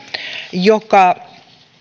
joka